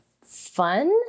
fun